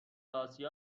آسیا